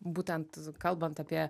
būtent kalbant apie